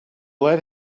lead